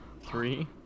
Three